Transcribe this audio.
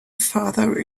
father